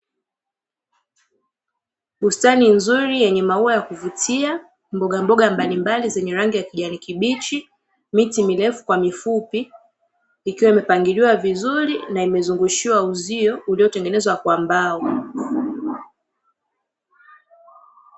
Bustani nzuri yenye maua ya kuvutia mbogamboga mbalimbali zenye rangi ya kijani kibichi, miti mirefu kwa mifupi ikiwa imepangiliwa vizuri na imezungushiwa uzio ulitengenezwa kwa mbao.